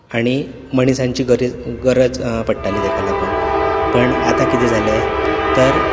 आनी मनशांचीं गरज पडटाली ताका लागून पूण आतां कितें जालें तर